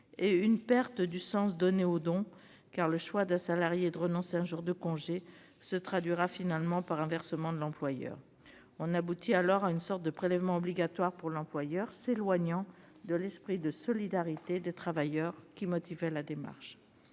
une perte de sens, puisque le choix d'un salarié de renoncer à un jour de congé se traduira finalement par un versement de l'employeur. On aboutit alors à une sorte de prélèvement obligatoire pour l'employeur, ce qui s'éloigne de l'esprit de solidarité entre travailleurs qui motivait la démarche.